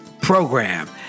program